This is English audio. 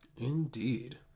Indeed